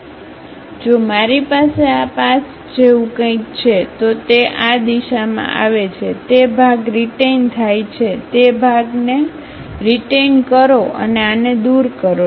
જો મારી પાસે આ પાસ જેવું કંઈક છે તો તે આ દિશામાં આવે છે તે ભાગ રીટેઈન થાય છે તે ભાગ ને રીટેઈન કરો અને આને દૂર કરો